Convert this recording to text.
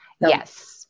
yes